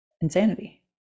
insanity